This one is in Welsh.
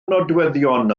nodweddion